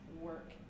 work